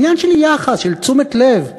זה עניין של יחס, של תשומת לב.